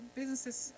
businesses